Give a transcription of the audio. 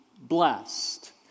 blessed